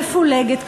מפולגת,